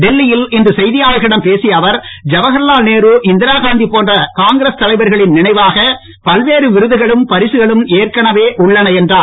டெல்லியில் இன்று செய்தியாளர்களிடம் பேசிய அவர் ஜவகர்லால் நேரு இந்திராகாந்தி போன்ற காங்கிரஸ் தலைவர்களின் நினைவாக பல்வேறு விருதுகளும் பரிசுகளும் ஏற்கனவே உள்ளன என்றார்